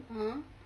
ah